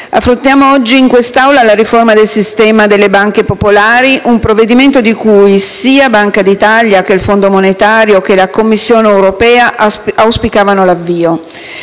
affrontiamo oggi in quest'Aula la riforma del sistema delle banche popolari, un provvedimento di cui sia Banca d'Italia, che il Fondo monetario e la Commissione europea auspicavano l'avvio.